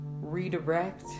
redirect